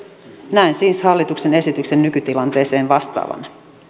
näen siis hallituksen esityksen nykytilanteeseen vastaavana